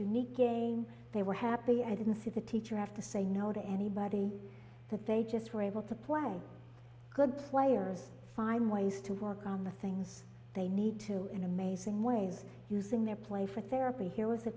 unique game they were happy i didn't see the teacher have to say no to anybody that they just were able to play good players find ways to work on the things they need to in amazing ways using their play for therapy here was a